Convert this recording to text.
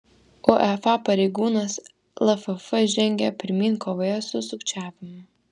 uefa pareigūnas lff žengia pirmyn kovoje su sukčiavimu